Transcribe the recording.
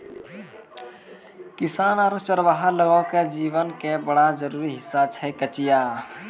किसान आरो चरवाहा लोगो के जीवन के बड़ा जरूरी हिस्सा होय छै कचिया